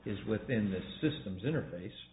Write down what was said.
is within the system's interface